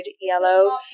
yellow